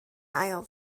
ail